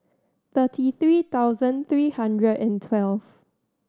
thirty three thousand three hundred and twelve